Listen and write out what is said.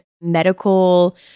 medical